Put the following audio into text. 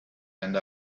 and